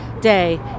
day